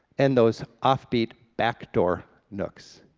and those offbeat back door nooks.